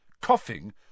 Coughing